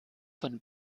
von